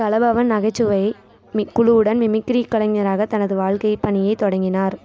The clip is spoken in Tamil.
கலாபவன் நகைச்சுவை மி குழுவுடன் மிமிக்ரி கலைஞராகத் தனது வாழ்க்கைப்பணியைத் தொடங்கினார்